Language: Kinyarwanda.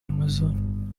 amazon